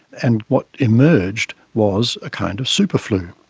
and what emerged was a kind of super-flu,